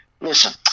listen